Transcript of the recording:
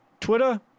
Twitter